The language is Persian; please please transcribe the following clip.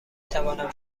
توانم